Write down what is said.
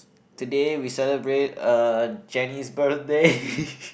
today we celebrate uh Jenny's birthday